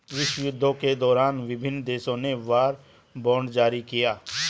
विश्वयुद्धों के दौरान विभिन्न देशों ने वॉर बॉन्ड जारी किया